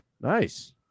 Nice